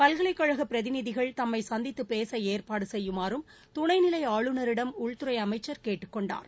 பல்கலைக்கழக பிரதிநிதிகள் தம்மை சந்தித்து பேச ஏற்பாடு செய்யுமாறும் துணைநிலை ஆளுநரிடம் உள்துறை அமைச்சர் கேட்டுக்கொண்டார்